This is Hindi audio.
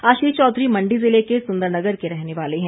आशीष चौधरी मंडी जिले के सुंदरनगर के रहने वाले है